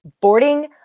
boarding